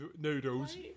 noodles